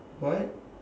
what